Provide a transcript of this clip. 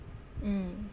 mm